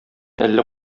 әллә